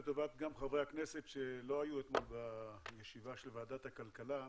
גם לטובת חברי הכנסת שלא היו אתמול בישיבה של ועדת הכלכלה,